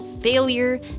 Failure